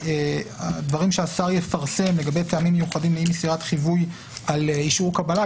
שדברים שהשר יפרסם לגבי טעמי מיוחדים לאי מסירת חיווי על אישור קבלה,